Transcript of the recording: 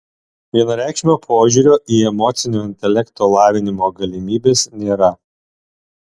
vienareikšmio požiūrio į emocinio intelekto lavinimo galimybes nėra